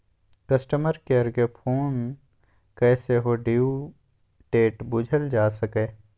customer care केँ phone कए सेहो ड्यु डेट बुझल जा सकैए